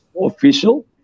official